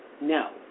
No